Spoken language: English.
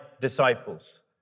disciples